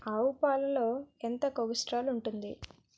ఆవు పాలలో ఎంత కొలెస్ట్రాల్ ఉంటుంది?